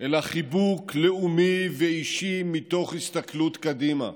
אלא חיבוק לאומי ואישי מתוך הסתכלות קדימה,